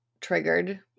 triggered